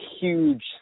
huge